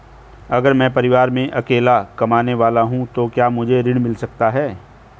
अगर मैं परिवार में अकेला कमाने वाला हूँ तो क्या मुझे ऋण मिल सकता है?